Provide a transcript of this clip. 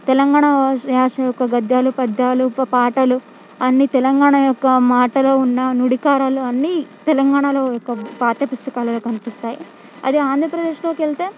తెలంగాణ యా యాస యొక్క గద్యాలు పద్యాలు ప పాటలు అన్నీ తెలంగాణ యొక్క మాటలో ఉన్న నుడికారాలు అన్నీ తెలంగాణలో యొక్క పాఠ్యపుస్తకాలలో కనిపిస్తాయి అదే ఆంధ్రప్రదేశ్లోకి వెళ్తే